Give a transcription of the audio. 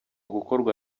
gukorwa